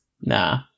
Nah